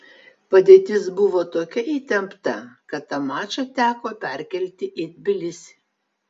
padėtis buvo tokia įtempta kad tą mačą teko perkelti į tbilisį